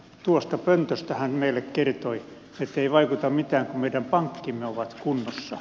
tuosta pöntöstä hän meille kertoi ettei vaikuta mitään kun meidän pankkimme ovat kunnossa